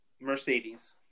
Mercedes